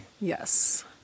Yes